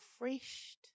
refreshed